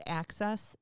access